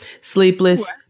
Sleepless